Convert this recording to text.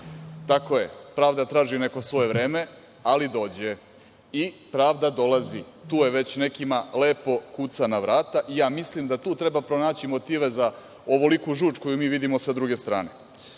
Tako je, pravda traži neko svoje vreme, ali dođe i pravda dolazi. Tu je, već nekima lepo kuca na vrata i mislim da tu treba pronaći motive za ovoliku žuč koju mi vidimo sa druge strane. Što